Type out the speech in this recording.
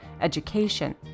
education